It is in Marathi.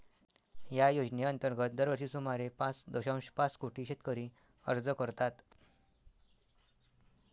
या योजनेअंतर्गत दरवर्षी सुमारे पाच दशांश पाच कोटी शेतकरी अर्ज करतात